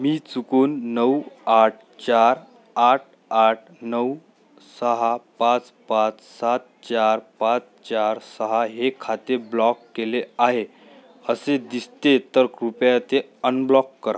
मी चुकून नऊ आठ चार आठ आठ नऊ सहा पाच पाच सात चार पाच चार सहा हे खाते ब्लॉक केले आहे असे दिसते तर कृपया ते अनब्लॉक करा